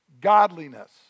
godliness